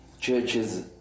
churches